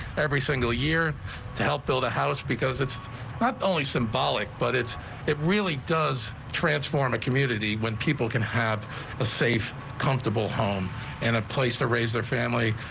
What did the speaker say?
every single year to help build a house because it's not only symbolic but it's it really does transform a community when people can have a safe comfortable home and a place to raise a family,